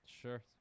Sure